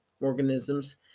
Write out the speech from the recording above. organisms